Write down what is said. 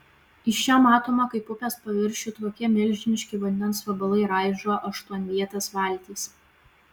iš čia matome kaip upės paviršių it kokie milžiniški vandens vabalai raižo aštuonvietės valtys